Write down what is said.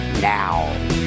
now